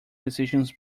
decisions